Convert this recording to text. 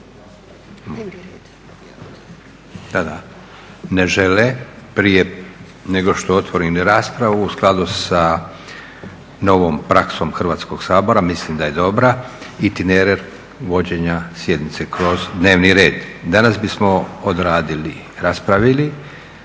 Ne žele. Prije nego što otvorim raspravu u skladu sa novom praksom Hrvatskog sabora, mislim da je dobra, itinerar vođenja sjednice kroz dnevni red. Danas bismo odradili, raspravili